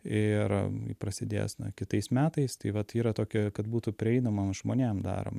ir prasidės na kitais metais tai vat yra tokia kad būtų prieinama žmonėm darom